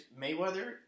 Mayweather